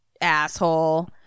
asshole